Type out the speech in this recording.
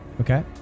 Okay